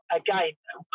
again